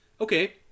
okay